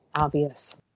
obvious